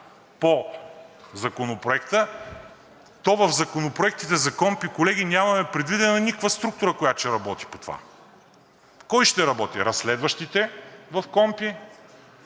по Законопроекта, то в законопроектите за КПКОНПИ, колеги, нямаме предвидена никаква структура, която ще работи по това! Кой ще работи? Разследващите в